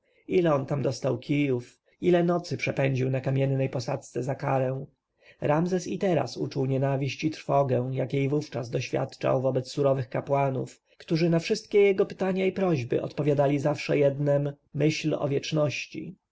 ile on tam dostał kijów ile nocy przepędził na kamiennej posadzce za karę ramzes i teraz uczuł tę nienawiść i trwogę jakiej wówczas doświadczał wobec surowych kapłanów którzy na wszystkie jego pytania i prośby odpowiadali zawsze jednem myśl o wieczności